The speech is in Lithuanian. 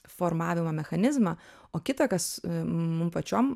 formavimo mechanizmą o kita kas mum pačiom